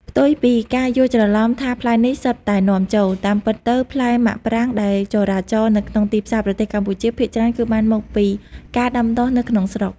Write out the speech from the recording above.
ផ្ទុយពីការយល់ច្រឡំថាផ្លែនេះសុទ្ធតែនាំចូល តាមពិតទៅផ្លែមាក់ប្រាងដែលចរាចរណ៍នៅក្នុងទីផ្សារប្រទេសកម្ពុជាភាគច្រើនគឺបានមកពីការដាំដុះនៅក្នុងស្រុក។